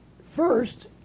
first